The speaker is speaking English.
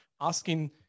asking